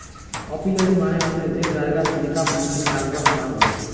apiary মানে হসে যে জায়গাত নেকাব মুচি চাষবাস করাং হই